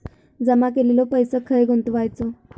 जमा केलेलो पैसो खय गुंतवायचो?